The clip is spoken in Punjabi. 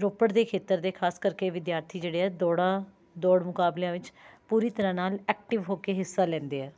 ਰੋਪੜ ਦੇ ਖੇਤਰ ਦੇ ਖਾਸ ਕਰਕੇ ਵਿਦਿਆਰਥੀ ਜਿਹੜੇ ਹੈ ਦੌੜਾਂ ਦੋੜ ਮੁਕਾਬਲਿਆਂ ਵਿੱਚ ਪੂਰੀ ਤਰ੍ਹਾਂ ਨਾਲ ਐਕਟਿਵ ਹੋ ਕੇ ਹਿੱਸਾ ਲੈਂਦੇ ਹੈ